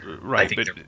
Right